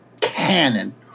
cannon